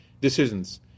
decisions